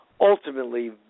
ultimately